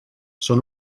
són